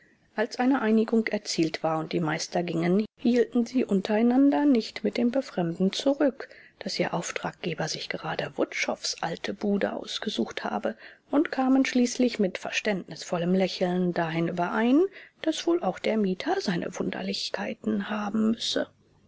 als eine einigung erzielt war und die meister gingen hielten sie untereinander nicht mit dem befremden zurück daß ihr auftraggeber sich gerade wutschows alte bude ausgesucht habe und kamen schließlich mit verständnisvollem lächeln dahin überein daß wohl auch der mieter seine wunderlichkeiten haben müsse